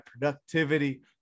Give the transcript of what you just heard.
productivity